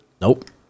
Nope